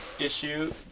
issue